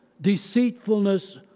deceitfulness